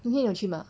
明天有去吗